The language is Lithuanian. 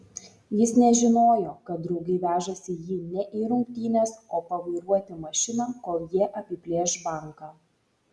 jis nežinojo kad draugai vežasi jį ne į rungtynes o pavairuoti mašiną kol jie apiplėš banką